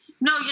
no